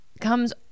comes